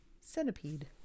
Centipede